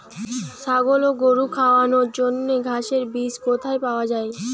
ছাগল ও গরু খাওয়ানোর জন্য ঘাসের বীজ কোথায় পাওয়া যায়?